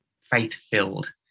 faith-filled